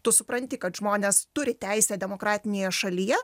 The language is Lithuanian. tu supranti kad žmonės turi teisę demokratinėje šalyje